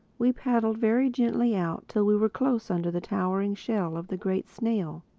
we paddled very gently out till we were close under the towering shell of the great snail.